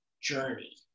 journey